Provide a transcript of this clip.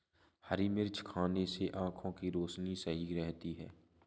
हरी मिर्च खाने से आँखों की रोशनी सही रहती है